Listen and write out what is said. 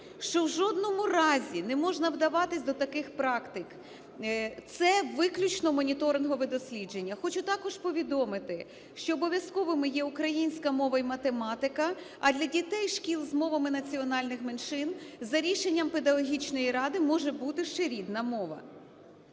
що в жодному разі не можна вдаватися до таких практик, це виключно моніторингове дослідження. Хочу також повідомити, що обов'язковими є українська мова і математика, а для дітей шкіл з мовами національних меншин за рішенням педагогічної ради може бути ще рідна мова.